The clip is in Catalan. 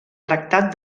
tractat